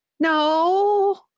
No